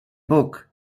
book